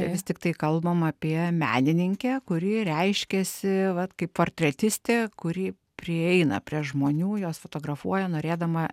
vis tik tai kalbam apie menininkę kuri reiškiasi vat kaip portretistė kuri prieina prie žmonių juos fotografuoja norėdama